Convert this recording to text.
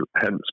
hence